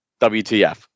WTF